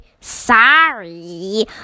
sorry